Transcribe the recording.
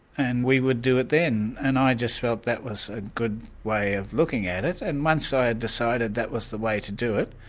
and we would do it then. and i just felt that was a good way of looking at it. and once ah i had decided that was the way to do it,